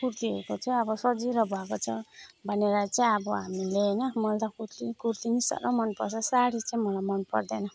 कुर्तीहरूको चाहिँ अब सजिलो भएको छ भनेर चाहिँ अब हामीले होइन मैले त कुर्ती कुर्ती नि साह्रो मनपर्छ साडी चाहिँ मलाई मनपर्दैन